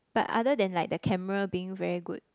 but other than like the camera being very good